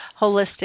holistic